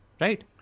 right